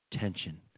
tension